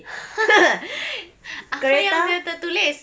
apa yang dia tertulis